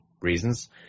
reasons